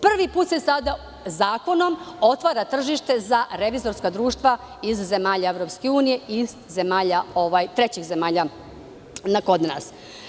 Prvi put se sada zakonom otvara tržište za revizorska društva iz zemalja EU i iz trećih zemalja kod nas.